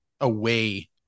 away